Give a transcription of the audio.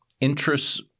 interests